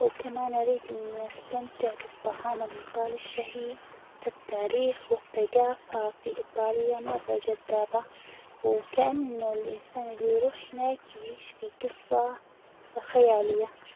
وكمان أريد أن أستمتع بالطعام الإيطالي الشهي، فالتاريخ والثجافة في إيطاليا مرة جذابة، وكإنه الإنسان الذي يروح هناك يعيش في جصة خيالية.